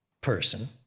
person